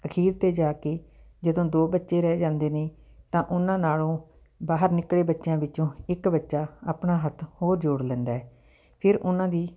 ਅਖੀਰ 'ਤੇ ਜਾ ਕੇ ਜਦੋਂ ਦੋ ਬੱਚੇ ਰਹਿ ਜਾਂਦੇ ਨੇ ਤਾਂ ਉਹਨਾਂ ਨਾਲੋਂ ਬਾਹਰ ਨਿਕਲੇ ਬੱਚਿਆਂ ਵਿੱਚੋਂ ਇੱਕ ਬੱਚਾ ਆਪਣਾ ਹੱਥ ਹੋਰ ਜੋੜ ਲੈਂਦਾ ਫਿਰ ਉਹਨਾਂ ਦੀ